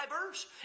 diverse